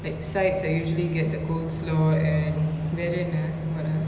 like sides I usually get the coleslaw and வேர என்ன:vera enna what ah